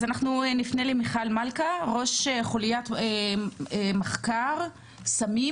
אז אנחנו נפנה למיכל מלכא, ראש חוליית מחקר סמים